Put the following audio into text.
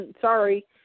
Sorry